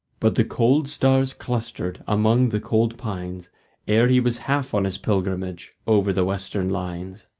but the cold stars clustered among the cold pines ere he was half on his pilgrimage over the western lines.